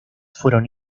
fueron